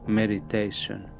meditation